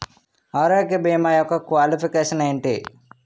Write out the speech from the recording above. ఆరోగ్య భీమా యెక్క క్వాలిఫికేషన్ ఎంటి?